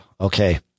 okay